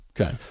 okay